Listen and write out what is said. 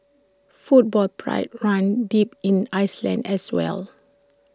football pride runs deep in Iceland as well